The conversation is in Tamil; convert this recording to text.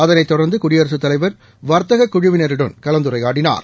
அதைத் தொடர்ந்து குடியரசுத் தலைவர் வர்த்தகக் குழுவினருடன் கலந்துரையாடினார்